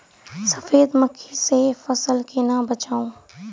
सफेद मक्खी सँ फसल केना बचाऊ?